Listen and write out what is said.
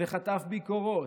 וחטף ביקורות.